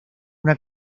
una